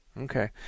okay